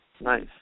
Nice